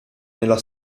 nella